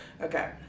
Okay